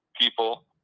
people